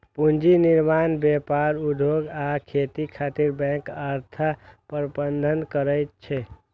पूंजी निर्माण, व्यापार, उद्योग आ खेती खातिर बैंक अर्थ प्रबंधन करै छै